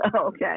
okay